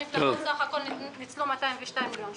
המפלגות סך הכול ניצלו 202 מיליון שקלים.